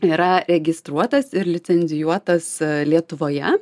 yra registruotas ir licencijuotas lietuvoje